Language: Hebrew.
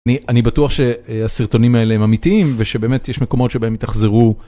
אני בטוח שהסרטונים האלה הם אמיתיים ושבאמת יש מקומות שבהם התאכזרו.